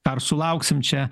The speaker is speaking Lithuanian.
ar sulauksim čia